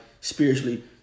spiritually